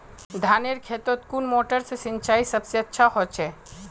धानेर खेतोत कुन मोटर से सिंचाई सबसे अच्छा होचए?